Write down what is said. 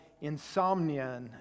Insomnia